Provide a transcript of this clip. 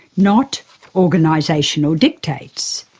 not organisational dictates.